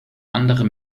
andere